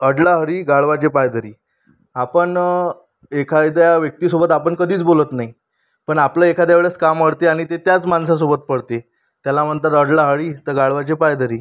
अडला हरी गाढवाचे पाय धरी आपण एखाद्या व्यक्तीसोबत आपण कधीच बोलत नाही पण आपलं एखाद्या वेळेस काम अडते आणि ते त्याच माणसासोबत पडते त्याला म्हणतात अडला हरी तर गाढवाचे पाय धरी